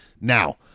now